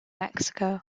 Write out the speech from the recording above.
mexico